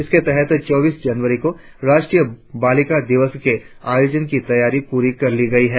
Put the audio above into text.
इसके तहत चौबीस जनवरी को राष्ट्रीय बालिका दिवस के आयोजन की तैयारी पूरी कर ली गई है